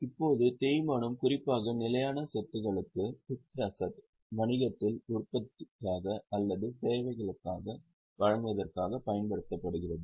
இப்போது தேய்மானம் குறிப்பாக நிலையான சொத்துக்களுக்கு வணிகத்தில் உற்பத்திக்காக அல்லது சேவைகளை வழங்குவதற்காக பயன்படுத்தப்படுகிறது